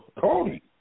Cody